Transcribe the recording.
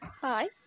hi